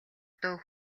дуу